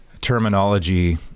terminology